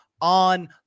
on